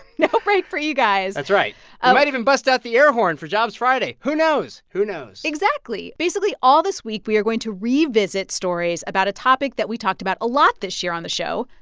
no break for you guys that's right. we ah might even bust out the air horn for jobs friday. who knows? who knows? exactly. basically, all this week, we are going to revisit stories about a topic that we talked about a lot this year on the show,